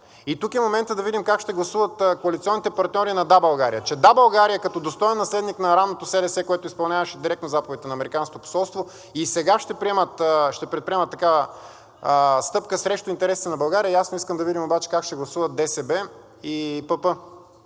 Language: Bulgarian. И тук е моментът да видим как ще гласуват коалиционните партньори на „Да, България“. Че „Да, България“ като достоен наследник на ранното СДС, което изпълняваше директно заповедите на американското посолство, и сега ще предприемат такава стъпка срещу интересите на България. Ясно искам да видим обаче как ще гласуват ДСБ и ПП.